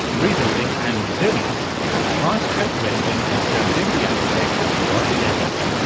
rebuilding and resilience with christchurch resident and serendipity architect roger dennis.